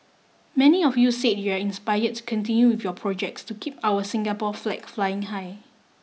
many of you said you are inspired to continue with your projects to keep our Singapore flag flying high